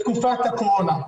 בתקופת הקורונה.